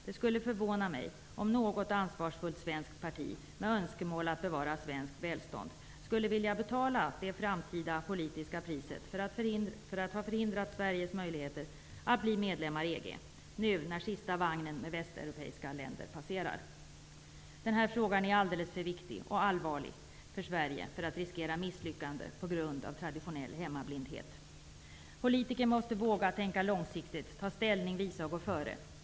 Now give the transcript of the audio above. Det skulle förvåna mig om något ansvarsfullt svenskt parti med önskemål att bevara svenskt välstånd skulle vilja betala det framtida politiska priset för att ha förhindrat Sveriges möjligheter att bli medlem i EG när nu sista vagnen med västeuropeiska länder passerar. Den här frågan är alldeles för viktig och allvarlig för Sverige för att vi skall riskera misslyckande på grund av traditionell hemmablindhet. Politiker måste våga tänka långsiktigt, ta ställning, visa och gå före.